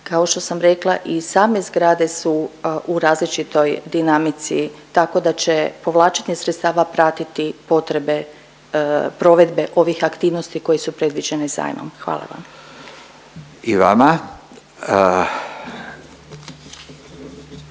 Kao što sam rekla i same zgrade su u različitoj dinamici, tako da će povlačenje sredstava pratiti potrebe provedbe ovih aktivnosti koje su predviđene zajmom. Hvala vam. **Radin,